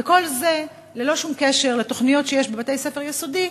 וכל זה ללא שום קשר לתוכניות שיש בבית-ספר יסודי,